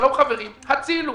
"שלום חברים, הצילו,